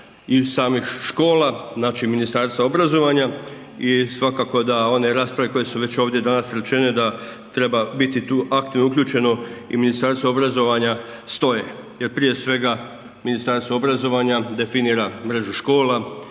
i samih škola znači Ministarstva obrazovanja i svakako da one rasprave koje su već ovdje danas rečene da treba biti tu aktivno uključeno i Ministarstvo obrazovanja stoje jer prije svega Ministarstvo obrazovanja definira mrežu škola,